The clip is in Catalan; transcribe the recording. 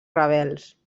rebels